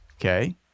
Okay